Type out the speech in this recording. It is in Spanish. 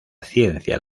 ciencia